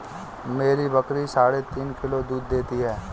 मेरी बकरी साढ़े तीन किलो दूध देती है